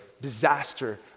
disaster